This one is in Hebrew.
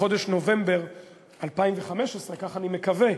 בחודש נובמבר 2015, כך אני מקווה,